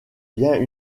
bien